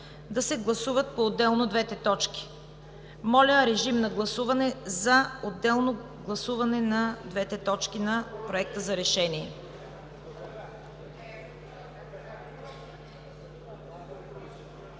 да се гласуват поотделно двете точки. Моля, режим на гласуване за отделно гласуване на двете точки на Проекта за решение.